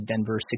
Denver